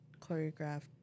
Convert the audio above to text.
choreographed